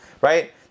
right